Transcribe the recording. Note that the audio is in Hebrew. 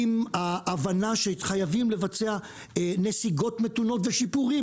עם ההבנה שחייבים לבצע נסיגות מתונות ושיפורים,